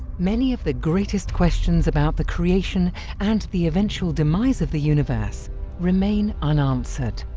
many of the greatest questions about the creation and the eventual demise of the universe remain unanswered.